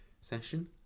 session